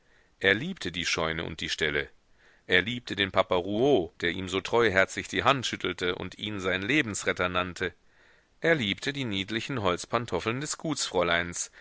er liebte die scheune und die ställe er liebte den papa rouault der ihm so treuherzig die hand schüttelte und ihn seinen lebensretter nannte er liebte die niedlichen holzpantoffeln des